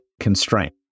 constraint